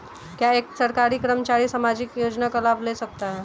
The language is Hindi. क्या एक सरकारी कर्मचारी सामाजिक योजना का लाभ ले सकता है?